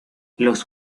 los